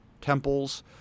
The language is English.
temples